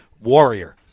warrior